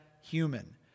human